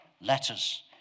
letters